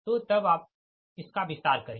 तो अब आप इसका विस्तार करे